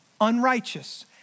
unrighteous